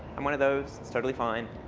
i'm one of those, it's totally fine.